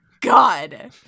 God